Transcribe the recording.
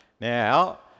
Now